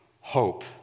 hope